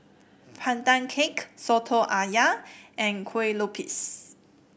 Pandan Cake soto ayam and Kue Lupis